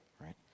right